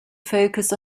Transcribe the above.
focus